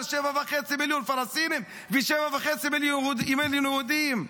7.5 מיליון פלסטינים ו-7.5 מיליון יהודים?